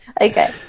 okay